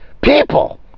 people